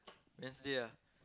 Wednesday ah